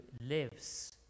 lives